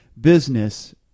business